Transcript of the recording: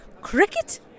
Cricket